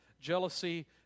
jealousy